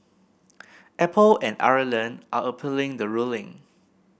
Apple and Ireland are appealing the ruling